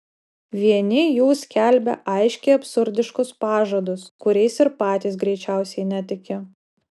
vieni jų skelbia aiškiai absurdiškus pažadus kuriais ir patys greičiausiai netiki